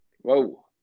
Whoa